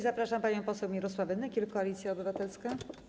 Zapraszam panią poseł Mirosławę Nykiel, Koalicja Obywatelska.